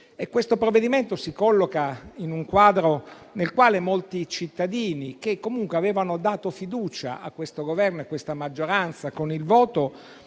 Il provvedimento in esame si colloca in un quadro nel quale molti cittadini, che comunque avevano dato fiducia a questo Governo e a questa maggioranza con il voto,